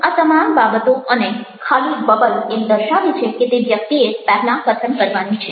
આ તમામ બાબતો અને ખાલી બબલ એમ દર્શાવે છે કે તે વ્યક્તિએ પહેલાં કથન કરવાનું છે